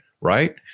right